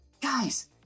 Guys